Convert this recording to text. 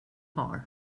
har